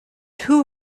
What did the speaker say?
who